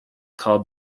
called